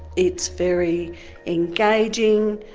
it's very engaging,